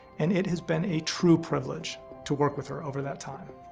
and it has been a true privilege to work with her over that time.